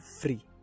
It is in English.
free